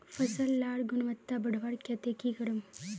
फसल लार गुणवत्ता बढ़वार केते की करूम?